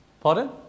Pardon